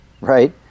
right